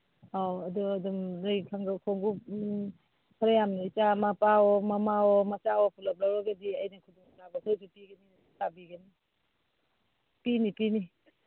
ꯑꯧ ꯑꯗꯨ ꯑꯗꯨꯝ ꯈꯣꯡꯎꯞꯅꯨꯡ ꯈꯔ ꯌꯥꯝꯅ ꯏꯆꯥ ꯃꯄꯥꯑꯣ ꯃꯃꯥꯑꯣ ꯃꯆꯥꯑꯣ ꯄꯨꯂꯞ ꯂꯧꯔꯒꯗꯤ ꯑꯩꯅ ꯇꯤꯕꯤꯒꯅꯤ ꯄꯤꯅꯤ ꯄꯤꯅꯤ